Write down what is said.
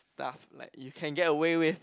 stuff like you can get away with